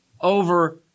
over